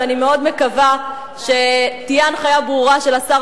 ואני מקווה מאוד שתהיה הנחיה ברורה של השר